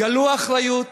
גלו אחריות,